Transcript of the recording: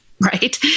Right